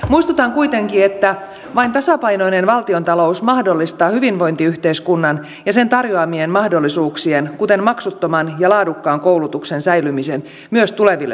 muistutan kuitenkin että vain tasapainoinen valtiontalous mahdollistaa hyvinvointiyhteiskunnan ja sen tarjoamien mahdollisuuksien kuten maksuttoman ja laadukkaan koulutuksen säilymisen myös tuleville sukupolville